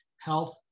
health